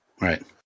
Right